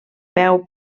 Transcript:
peu